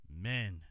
men